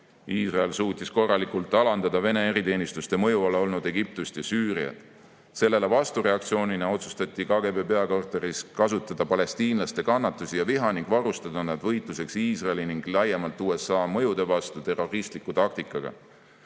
Iisrael suutis korralikult alandada Vene eriteenistuste mõju all olnud Egiptust ja Süüriat. Sellele vastureaktsioonina otsustati KGB peakorteris kasutada palestiinlaste kannatusi ja viha ning varustada nad võitluseks Iisraeli, laiemalt USA mõjude vastu terroristliku taktikaga.